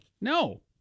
No